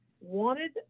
wanted